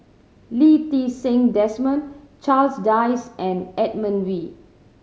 Lee Ti Seng Desmond Charles Dyce and Edmund Wee